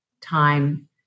time